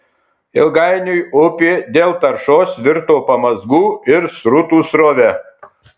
ilgainiui upė dėl taršos virto pamazgų ir srutų srove